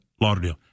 Lauderdale